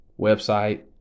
Website